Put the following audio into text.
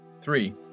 Three